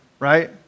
Right